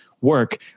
work